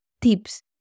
tips